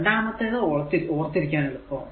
രണ്ടാമത്തേത് ഓർത്തിരിക്കാൻ എളുപ്പമാണ്